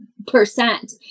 percent